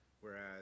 Whereas